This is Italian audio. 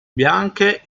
bianche